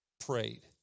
prayed